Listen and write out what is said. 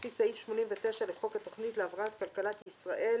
לפי סעיף 89 לחוק התכנית להבראת כלכלת ישראל